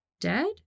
Dead